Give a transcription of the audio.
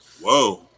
Whoa